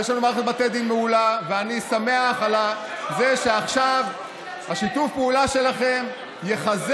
אני שמח על הדבר הזה, ומאחל